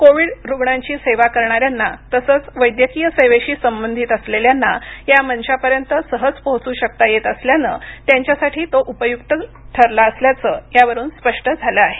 Covid रुग्णांची सेवा करणाऱ्यांना तसंच वैद्यकीय सेवेशी संबंधित असलेल्यांना या मंचापर्यंत सहज पोहोचू शकता येत असल्यानं त्यांच्यासाठी तो उपयुक्त ठरला असल्याचं यावरून स्पष्ट झालं आहे